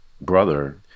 brother